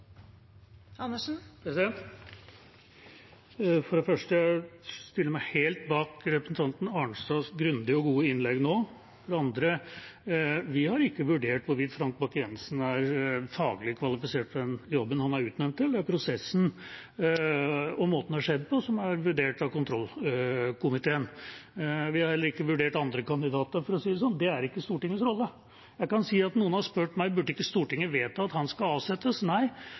For det første: Jeg vil stille meg helt bak representanten Arnstads grundige og gode innlegg nå. For det andre: Vi har ikke vurdert hvorvidt Frank Bakke-Jensen er faglig kvalifisert for den jobben han er utnevnt til; det er prosessen og måten det har skjedd på, som er vurdert av kontrollkomiteen. Vi har heller ikke vurdert andre kandidater for å si det sånn – det er ikke Stortingets rolle. Jeg kan si at noen har spurt meg: Burde ikke Stortinget vedta at han skal avsettes? Nei,